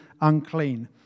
unclean